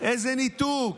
איזה ניתוק,